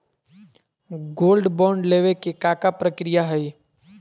Gold bond लेवे के का प्रक्रिया हई?